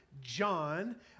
John